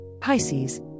Pisces